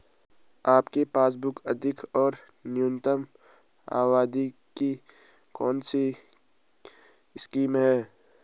आपके पासबुक अधिक और न्यूनतम अवधि की कौनसी स्कीम है?